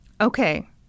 Okay